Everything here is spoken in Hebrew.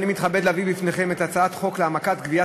אני מתכבד להביא בפניכם את הצעת חוק להעמקת גביית